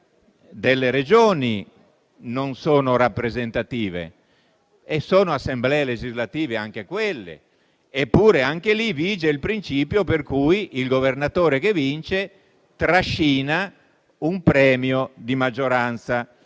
delle Regioni non sono rappresentative. Sono assemblee legislative anche quelle, eppure anche lì vige il principio per cui il Governatore che vince trascina un premio di maggioranza;